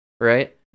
right